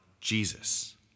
Jesus